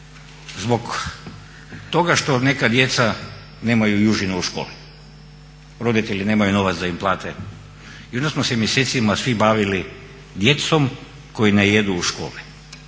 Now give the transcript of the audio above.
zbog toga što neka djeca nemaju užinu u školi. Roditelji nemaju novaca da im plate. I onda smo se mjesecima svi bavili djecom koja ne jedu u školi.